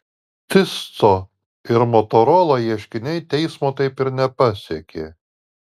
cisco ir motorola ieškiniai teismo taip ir nepasiekė